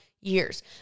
years